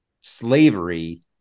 slavery